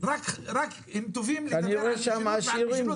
אבל תשבו שבוע אחד,